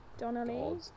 Donnelly